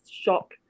shock